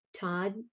Todd